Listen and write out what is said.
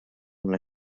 una